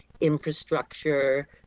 infrastructure